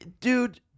Dude